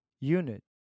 unit